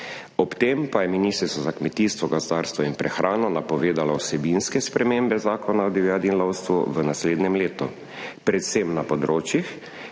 Ob tem pa je Ministrstvo za kmetijstvo, gozdarstvo in prehrano napovedalo vsebinske spremembe Zakona o divjadi in lovstvu v naslednjem letu predvsem na področjih,